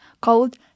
called